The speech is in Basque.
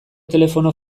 telefono